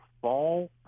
fall